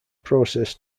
process